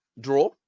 draw